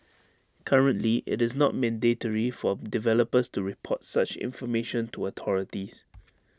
currently IT is not mandatory for developers to report such information to authorities